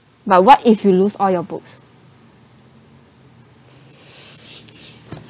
but what if you lose all your books